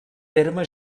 terme